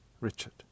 Richard